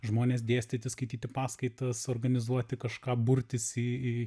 žmones dėstyti skaityti paskaitas organizuoti kažką burtis į į